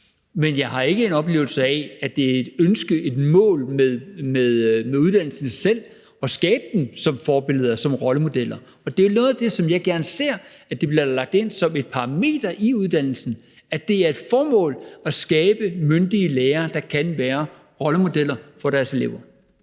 Men jeg har ikke en oplevelse af, at det er et ønske, et mål med uddannelsen selv at skabe dem som forbilleder, som rollemodeller. Og det er jo noget af det, som jeg gerne ser bliver lagt ind som et parameter i uddannelsen, at det er et formål at skabe myndige lærere, der kan være rollemodeller for deres elever.